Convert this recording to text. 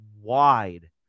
wide